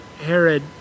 Herod